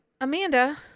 amanda